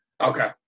Okay